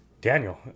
daniel